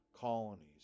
colonies